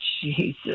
Jesus